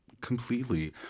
Completely